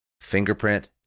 fingerprint